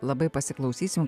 labai pasiklausysim